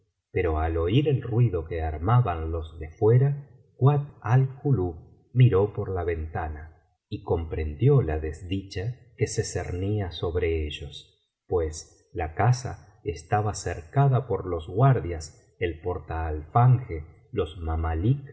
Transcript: pero al oír el ruido que armaban los de fuera kuat al kulub miró por la ventana y comprendió la desdicha que se cernía sobre ellos pues la casa estaba cercada por los guardias el portaalfanje los mamalik